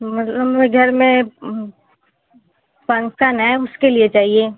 मतलब में घर में फ़न्क्शन है उसके लिए चाहिए